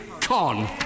con